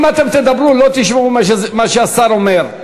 אם אתם תדברו, לא תשמעו מה שהשר אומר.